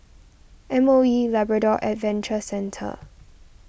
M O E Labrador Adventure Centre